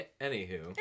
Anywho